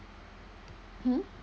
hmm